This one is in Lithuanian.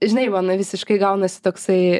žinai man visiškai gaunasi toksai